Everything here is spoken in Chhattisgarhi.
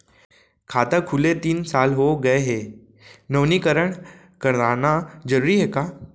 खाता खुले तीन साल हो गया गये हे नवीनीकरण कराना जरूरी हे का?